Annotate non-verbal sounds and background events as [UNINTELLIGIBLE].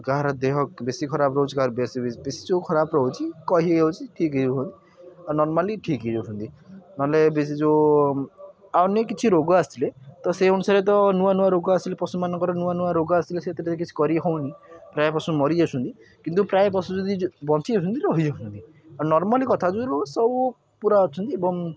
କାହାର ଦେହ ବେଶୀ ଖରାପ ରହୁଛି କାହାର ବେଶୀ ବେଶୀ ବେଶୀ ଯେଉଁ ଖରାପ ରହୁଛି କହି ହଉଛି ଠିକ୍ ହେଇ [UNINTELLIGIBLE] ଆଉ ନର୍ମାଲି ଠିକ୍ ହୋଇଯାଉଛନ୍ତି ନହେଲେ ବେଶୀ ଯେଉଁ ଅନ୍ୟ କିଛି ରୋଗ ଆସିଲେ ତ ସେଇ ଅନୁସାରେ ତ ନୂଆ ନୂଆ ରୋଗ ଆସିଲେ ପଶୁମାନଙ୍କର ନୂଆ ନୂଆ ରୋଗ ଆସିଲେ ସେଇଥିରେ କିଛି କରିହେଉନି ପ୍ରାୟ ପଶୁ ମରି ଯାଉଛନ୍ତି କିନ୍ତୁ ପ୍ରାୟ ପଶୁ ଯଦି ବଞ୍ଚି ଯାଉଛନ୍ତି ରହିଯାଉଛନ୍ତି ଆଉ ନର୍ମାଲି କଥା [UNINTELLIGIBLE] ସବୁ ପୁରା ଅଛନ୍ତି ଏବଂ